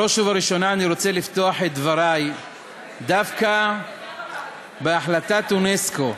בראש ובראשונה אני רוצה לפתוח את דברי דווקא בהחלטת אונסק"ו,